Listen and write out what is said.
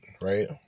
Right